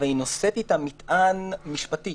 אבל היא נושאת איתה מטען משפטי